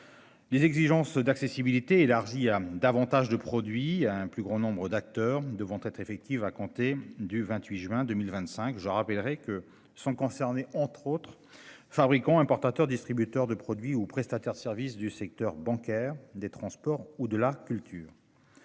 Les exigences d'accessibilité élargies à davantage de produits à un plus grand nombre d'acteurs ne devrait être effective à compter du 28 juin 2025. Je rappellerai que sont concernés entre autres fabriquons hein. Auteur distributeurs de produits ou prestataire de service du secteur bancaire, des transports ou de la culture.